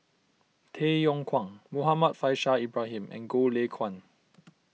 Tay Yong Kwang Muhammad Faishal Ibrahim and Goh Lay Kuan